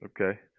Okay